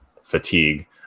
fatigue